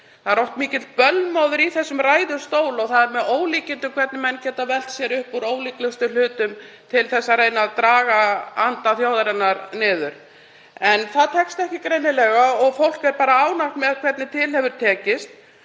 Það er oft mikill bölmóður í þessum ræðustól og það er með ólíkindum hvernig menn geta velt sér upp úr ólíklegustu hlutum til að reyna að draga andann í þjóðinni niður. En það tekst greinilega ekki og fólk er ánægt með hvernig til hefur tekist.